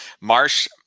Marsh